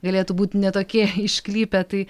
galėtų būti ne tokie išklypę tai